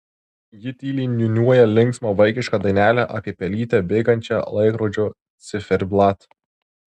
ji tyliai niūniuoja linksmą vaikišką dainelę apie pelytę bėgančią laikrodžio ciferblatu